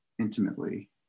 intimately